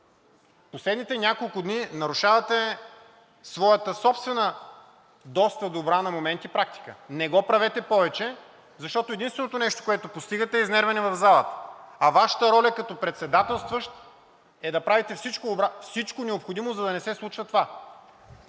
последните няколко дни нарушавате своята собствена доста добра на моменти практика. Не го правете повече, защото единственото нещо, което постигате, е изнервяне в залата, а Вашата роля като председателстващ е да правите всичко необходимо, за да не се случва това.